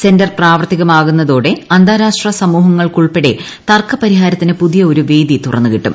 centre പ്രാവർത്തികമാക്കുന്നതോടെ അന്താരാഷ്ട്ര സമൂഹങ്ങൾക്കുൾപ്പെടെ തർക്ക പരിഹാരത്തിന് പുതിയ ഒരു വേദി തുറന്നു കിട്ടും